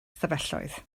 ystafelloedd